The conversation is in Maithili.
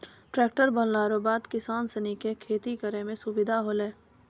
टैक्ट्रर बनला रो बाद किसान सनी के खेती करै मे सुधार होलै